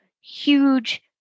huge